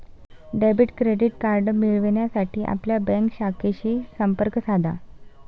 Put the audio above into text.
debit credit card मिळविण्यासाठी आपल्या bank शाखेशी संपर्क साधा